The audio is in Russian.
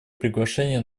приглашение